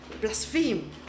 blaspheme